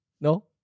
No